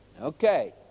Okay